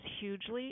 hugely